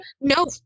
No